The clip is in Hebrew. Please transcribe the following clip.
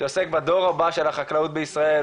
שעוסק בדור הבא של החקלאות בישראל,